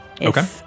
Okay